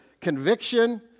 conviction